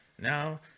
now